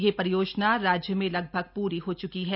यह परियोजना राज्य में लगभग पूरी हो चुकी है